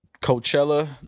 Coachella